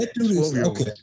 Okay